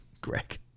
Greg